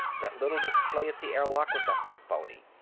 that little display at the airlock was a phony.